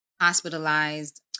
hospitalized